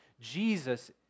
Jesus